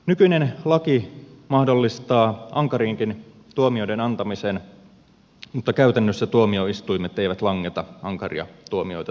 nykyinen laki mahdollistaa ankarienkin tuomioiden antamisen mutta käytännössä tuomioistuimet eivät langeta ankaria tuomioita tarpeeksi usein